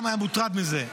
גם הוא היה מוטרד מזה.